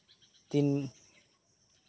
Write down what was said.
ᱫᱤᱱ